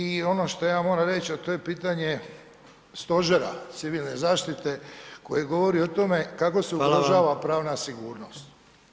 I ono što ja moram reć, a to je pitanje Stožera civilne zaštite koje govori o tome kako se [[Upadica: Hvala vam]] održava pravna sigurnost?